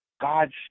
God's